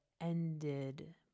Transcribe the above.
ended